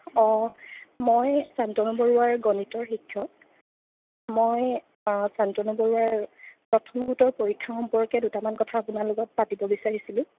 অঁ মই চান্তনু বৰুৱাৰ গণিতৰ শিক্ষক মই চান্তনু বৰুৱাৰ প্ৰথম গোটৰ পৰীক্ষা সম্পৰ্কে দুটামান কথা আপোনাৰ লগত পাতিব বিচাৰিছিলোঁ